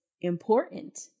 important